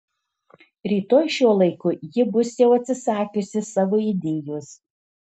rytoj šiuo laiku ji bus jau atsisakiusi savo idėjos